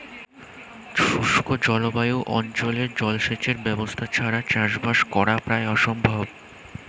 শুষ্ক জলবায়ু অঞ্চলে জলসেচের ব্যবস্থা ছাড়া চাষবাস করা প্রায় অসম্ভব